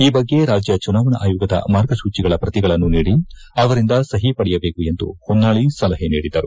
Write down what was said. ಈ ಬಗ್ಗೆ ರಾಜ್ಯ ಚುನಾವಣಾ ಆಯೋಗದ ಮಾರ್ಗಸೂಚಿಗಳ ಪ್ರತಿಗಳನ್ನು ನೀಡಿ ಅವರಿಂದ ಸಓ ಪಡೆಯಬೇಕೆಂದು ಎಂದು ಹೊನ್ನಾಳಿ ಸಲಹೆ ನೀಡಿದರು